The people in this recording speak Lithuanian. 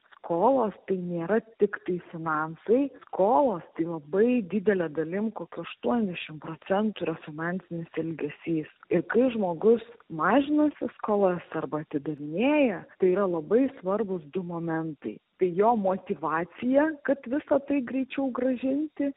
skolos nėra tiktai finansai skolos tai labai didele dalim kokių aštuonesdešim procentų yra finansinis elgesys ir kai žmogus mažinasi skolas arba atidavinėjo tai yra labai svarbūs du momentai tai jo motyvacija kad visa tai greičiau grąžinti